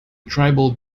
tribal